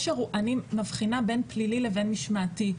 אני מבחינה בין פלילי לבין משמעתי.